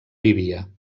vivia